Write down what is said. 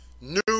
New